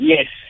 Yes